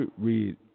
read